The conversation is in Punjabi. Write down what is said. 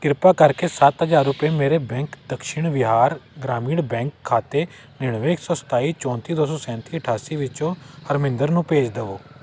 ਕ੍ਰਿਪਾ ਕਰਕੇ ਸੱਤ ਹਜ਼ਾਂਰ ਰੁਪਏ ਮੇਰੇ ਬੈਂਕ ਦਕਸ਼ਿਣ ਬਿਹਾਰ ਗ੍ਰਾਮੀਣ ਬੈਂਕ ਖਾਤੇ ਨੜਿਨਵੇਂ ਇੱਕ ਸੌ ਸਤਾਈ ਚੌਂਤੀ ਦੋ ਸੈਂਤੀ ਅਠਾਸੀ ਵਿੱਚੋਂ ਹਰਮਿੰਦਰ ਨੂੰ ਭੇਜ ਦੇਵੋ